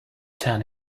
ten